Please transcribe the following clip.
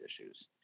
issues